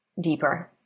deeper